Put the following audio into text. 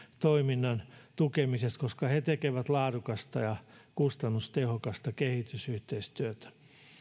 toiminnan tukemisesta koska he tekevät laadukasta ja kustannustehokasta kehitysyhteistyötä